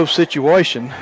situation